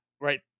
right